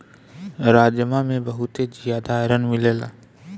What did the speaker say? राजमा में बहुते जियादा आयरन मिलेला